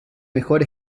mejor